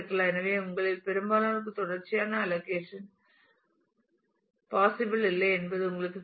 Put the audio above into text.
எனவே உங்களில் பெரும்பாலோருக்கு தொடர்ச்சியான அலோஷன் பாசிப்பில் இல்லை என்பது உங்களுக்குத் தெரியும்